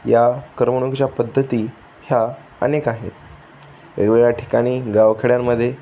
या करमणुकीच्या पद्धती ह्या अनेक आहेत वेगवेगळ्या ठिकाणी गावखेड्यांमध्ये